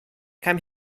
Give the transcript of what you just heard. come